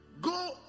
Go